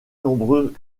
nombreux